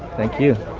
thank you.